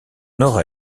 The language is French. nord